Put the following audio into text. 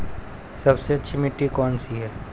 सबसे अच्छी मिट्टी कौन सी है?